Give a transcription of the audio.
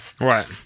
Right